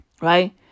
Right